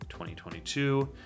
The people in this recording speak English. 2022